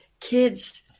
kids